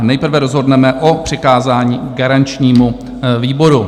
Nejprve rozhodneme o přikázání garančnímu výboru.